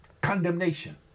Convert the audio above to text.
condemnation